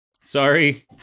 Sorry